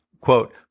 quote